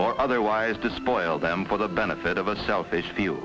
or otherwise to spoil them for the benefit of a selfish fiel